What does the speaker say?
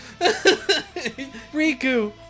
Riku